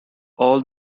all